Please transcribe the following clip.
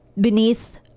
beneath